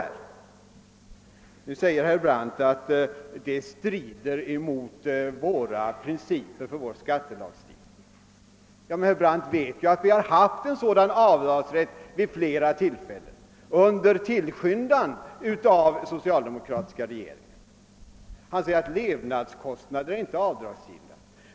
Herr Brandt säger, att det skulle strida mot principerna för vår skattelagstiftning. Men herr Brandt vet att vi har haft en sådan avdragsrätt vid flera tillfällen och under tillskyndan av den socialdemokratiska regeringen. Han säger också att levnadskostnader inte är avdragsgilla.